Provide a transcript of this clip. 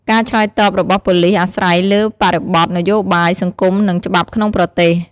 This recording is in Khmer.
ការឆ្លើយតបរបស់ប៉ូលីសអាស្រ័យលើបរិបទនយោបាយ សង្គម និងច្បាប់ក្នុងប្រទេស។